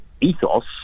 ethos